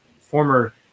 former